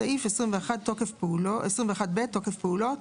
סעיף 21ב, תוקף פעולות.